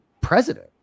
president